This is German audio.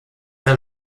der